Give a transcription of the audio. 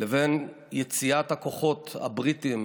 לבין יציאת הכוחות הבריטיים